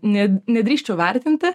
nė nedrįsčiau vertinti